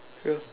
ya